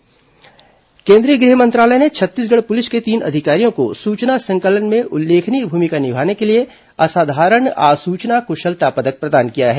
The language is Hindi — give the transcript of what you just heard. पुलिस कुशलता पदक केंद्रीय गृह मंत्रालय ने छत्तीसगढ़ पुलिस के तीन अधिकारियों को सूचना संकलन में उल्लेखनीय भूमिका निभाने के लिए असाधारण आसूचना कुशलता पदक प्रदान किया है